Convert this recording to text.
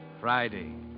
Friday